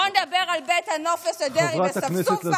בואו נדבר על בית הנופש של דרעי בספסופה,